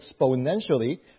exponentially